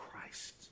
Christ